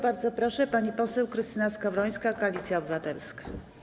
Bardzo proszę, pani poseł Krystyna Skowrońska, Koalicja Obywatelska.